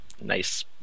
nice